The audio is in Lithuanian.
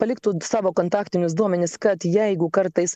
paliktų savo kontaktinius duomenis kad jeigu kartais